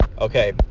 Okay